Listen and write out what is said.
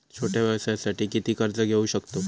छोट्या व्यवसायासाठी किती कर्ज घेऊ शकतव?